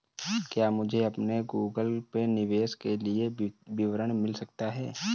क्या मुझे अपने गूगल पे निवेश के लिए विवरण मिल सकता है?